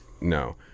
No